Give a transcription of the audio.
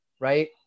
right